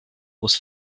was